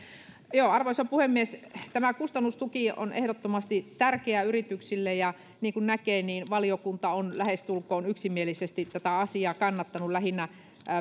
arvoisa puhemies tämä kustannustuki on ehdottomasti tärkeä yrityksille ja niin kuin näkee valiokunta on lähestulkoon yksimielisesti tätä asiaa kannattanut lähinnä